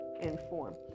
inform